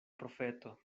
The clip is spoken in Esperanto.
profeto